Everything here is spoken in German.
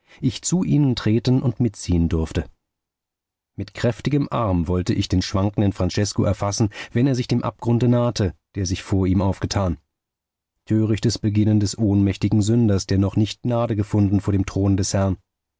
ich zu ihnen treten und mitziehen durfte mit kräftigem arm wollte ich den schwankenden francesko erfassen wenn er sich dem abgrunde nahte der sich vor ihm aufgetan törichtes beginnen des ohnmächtigen sünders der noch nicht gnade gefunden vor dem throne des herrn